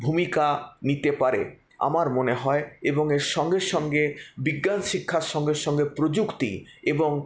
ভূমিকা নিতে পারে আমার মনে হয় এবং এর সঙ্গে সঙ্গে বিজ্ঞানশিক্ষার সঙ্গে সঙ্গে প্রযুক্তি এবং